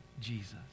Jesus